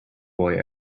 boy